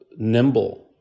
nimble